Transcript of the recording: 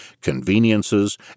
conveniences